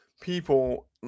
people